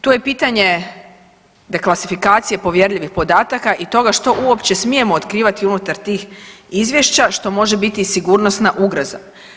Tu je pitanje deklasifikacije povjerljivih podataka i toga što uopće smije otkrivati unutar tih izvješća što može biti i sigurnosna ugroza.